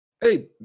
Hey